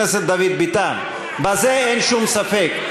בזה אין שום ספק.